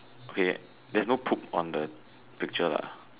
okay there's no poop on the picture lah